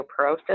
osteoporosis